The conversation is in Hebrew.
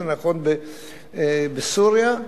נכון בסוריה,